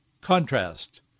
contrast